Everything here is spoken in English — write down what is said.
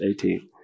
18